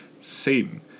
Satan